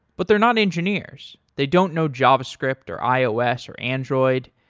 but they're not engineers. they don't know javascript or ios or android,